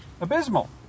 Abysmal